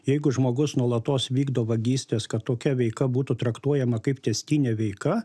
jeigu žmogus nuolatos vykdo vagystes kad tokia veika būtų traktuojama kaip tęstinė veika